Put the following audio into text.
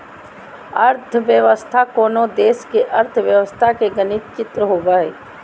अर्थव्यवस्था कोनो देश के अर्थव्यवस्था के गणित चित्र होबो हइ